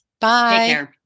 Bye